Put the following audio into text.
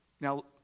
Now